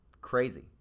crazy